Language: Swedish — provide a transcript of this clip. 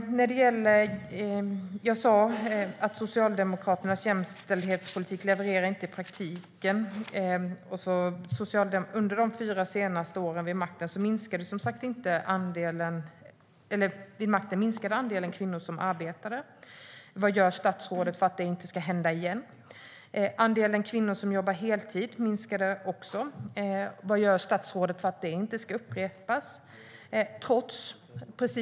Jag sa att Socialdemokraternas jämställdhetspolitik inte levererar i praktiken. Under Socialdemokraternas senaste fyra år vid makten minskade andelen kvinnor som arbetar. Vad gör statsrådet för att det inte ska hända igen? Andelen kvinnor som jobbar heltid minskade också. Vad gör statsrådet för att det inte ska upprepas?